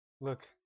look